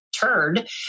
turd